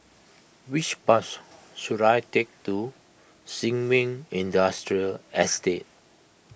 which bus should I take to Sin Ming Industrial Estate